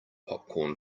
popcorn